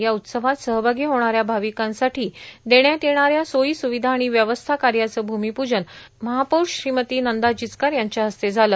या उत्सवात सहभागी होणाऱ्या भाविकांसाठी देण्यात येणाऱ्या सोयी सुविधा आणि व्यवस्था कार्याचे भूमिपूजन महापौर नंदा जिचकार यांच्या हस्ते झाले